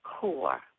core